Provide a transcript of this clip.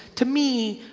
to me,